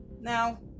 Now